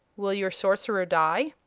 will your sorcerer die?